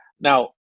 Now